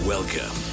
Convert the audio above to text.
Welcome